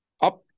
up